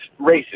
racist